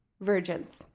virgins